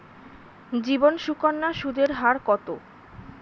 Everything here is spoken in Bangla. জীবন সুকন্যা সুদের হার কত?